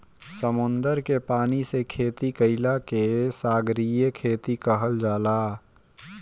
समुंदर के पानी से खेती कईला के सागरीय खेती कहल जाला